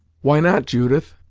why not, judith?